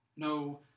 no